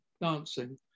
dancing